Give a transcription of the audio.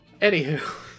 Anywho